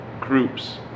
groups